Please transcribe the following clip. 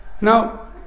Now